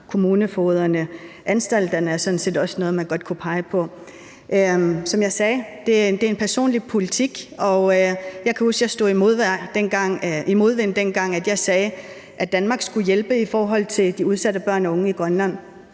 kommunefogederne og anstalterne er sådan set også noget, man godt kunne pege på. Som jeg sagde, er det en personlig politik, og jeg kan huske, at jeg kom i modvind, dengang jeg sagde, at Danmark skulle hjælpe i forhold til de udsatte børn og unge i Grønland.